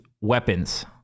weapons